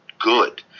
good